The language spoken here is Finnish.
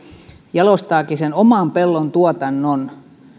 jalostaakin sen oman pellon tuotannon esimerkiksi